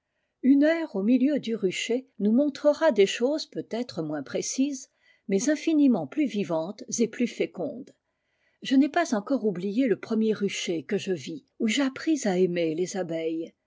une heure au milieu du rucher nous montrera des choses peut-être moins précises mais infiniment plus vivantes et plus fécondes je n'ai pas encore oublié le premier rucher que je vis oit j'appris à aimer les abeilles